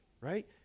right